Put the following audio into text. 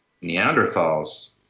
Neanderthal's